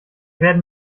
werden